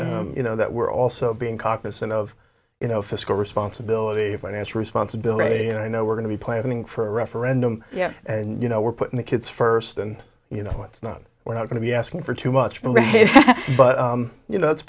first you know that we're also being caucus and of you know fiscal responsibility finance responsibility and i know we're going to be planning for a referendum yeah and you know we're putting the kids first and you know it's not we're not going to be asking for too much but you know